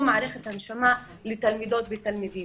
הם מערכת ההנשמה לתלמידות ולתלמידים.